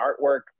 artwork